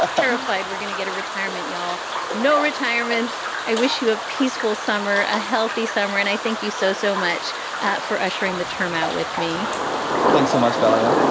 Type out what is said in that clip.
ah terrified. we're gonna get a retirement. you'll know retirements. i wish you a peaceful summer, a healthy summer. and i thank you so, so much for ushering the term out with me thanks so much, diane.